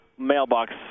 Mailbox